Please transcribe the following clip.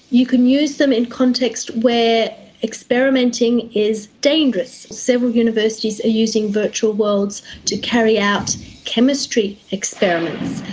you can use them in contexts where experimenting is dangerous. several universities are using virtual worlds to carry out chemistry experiments.